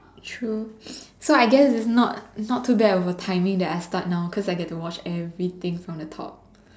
true so I guess it's not it's not too bad of a timing that I start now cause I get to watch everything from the top